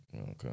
Okay